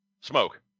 Smoke